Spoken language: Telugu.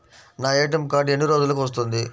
నా ఏ.టీ.ఎం కార్డ్ ఎన్ని రోజులకు వస్తుంది?